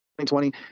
2020